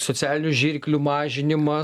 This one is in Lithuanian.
socialinių žirklių mažinimas